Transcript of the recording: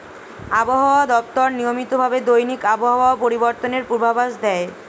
আবহাওয়া দপ্তর নিয়মিত ভাবে দৈনিক আবহাওয়া পরিবর্তনের পূর্বাভাস দেয়